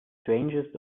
strangest